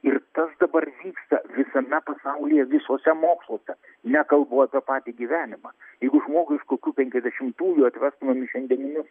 ir tas dabar vyksta visame pasaulyje visuose moksluose nekalbu apie patį gyvenimą jeigu žmogų iš kokių penkiasdešimtųjų atvestumėm į šiandieninius